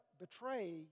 betray